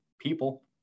people